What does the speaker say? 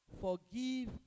Forgive